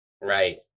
Right